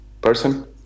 person